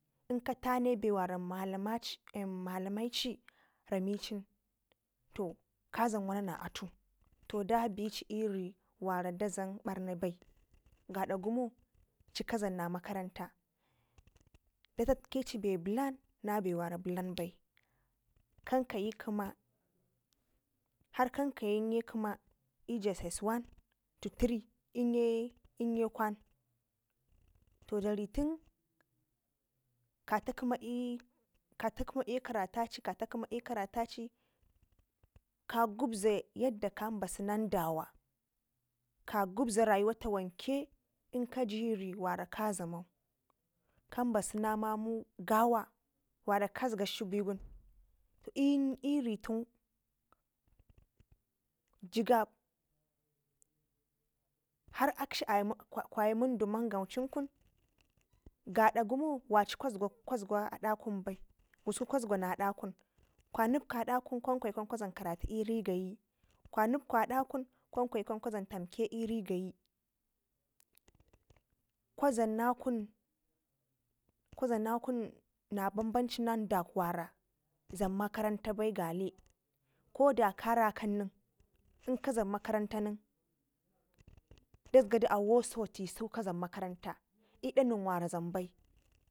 inka tane be wara malamaci malamaici ramicin to ka zan wana na atu to dabici iri, wara da dlam barna bai gada gumo ci ka dlam na makaranta da tatkici be blan nabe wara blanbai kankayi kima har kan kayinye kima i JSS One to Three inye kwan to dari ten kata kima i'karataci kata kima i'karetacin ka gubze yadala kan basu nan dawa ka gubza rayuwa ta wanke kajiwara ka zamau kan basu na mamu gawa wara kazgakshi bewun i'rit un jibag har akshi aye wunduwa mangaucin kun gada gimo waci kwasga ada kunbai kusku kwasgana ada kun kwa nipka ada kun gwan gwayi kwan kwa dlam karatu iri gayi kwa nipka adakun kwan kwayi kwan kwa dlam tamke iri gayi kwa dlamna kun kwa dlamna kun na bambanci na dak wara dlam makarantabai gale ko da ka rakan nen inkazan makaranta nen dazgadu auwp soti su kazan makaranta idak nen wara dlam ben.